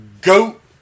goat